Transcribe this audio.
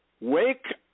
Wake